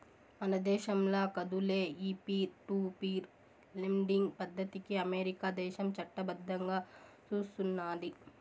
మన దేశంల కాదులే, ఈ పీర్ టు పీర్ లెండింగ్ పద్దతికి అమెరికా దేశం చట్టబద్దంగా సూస్తున్నాది